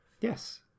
Yes